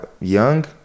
young